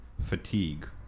fatigue